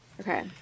Okay